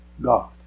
God